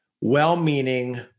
well-meaning